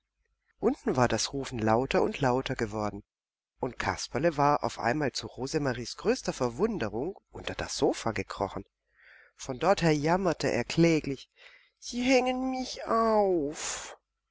unten war das rufen lauter und lauter geworden und kasperle war auf einmal zu rosemaries größter verwunderung unter das sofa gekrochen von dort her jammerte er kläglich sie hängen mich auf